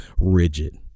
rigid